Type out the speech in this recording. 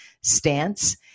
stance